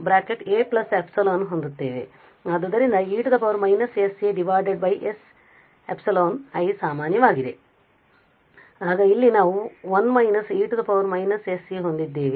ಆದ್ದರಿಂದ e −sa sε i ಸಾಮಾನ್ಯವಾಗಿದೆ ಆಗ ಇಲ್ಲಿ ನಾವು 1 − e −sε ಹೊಂದಿದ್ದೇವೆ